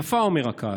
יפה, אומר הקהל.